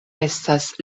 estas